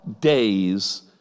days